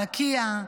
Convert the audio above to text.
לקיה,